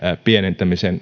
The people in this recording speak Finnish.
pienentämiseen